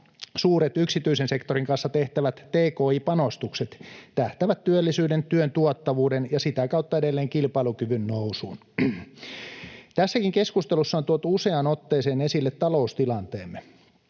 suuret, yksityisen sektorin kanssa tehtävät tki-panostukset tähtäävät työllisyyden, työn tuottavuuden ja sitä kautta edelleen kilpailukyvyn nousuun. Tässäkin keskustelussa on tuotu useaan otteeseen esille taloustilanteemme.